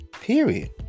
period